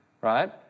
right